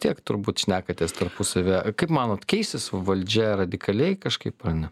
tiek turbūt šnekatės tarpusavy kaip manot keisis valdžia radikaliai kažkaip ar ne